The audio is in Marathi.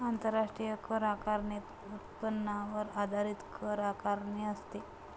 आंतरराष्ट्रीय कर आकारणीत उत्पन्नावर आधारित कर आकारणी असते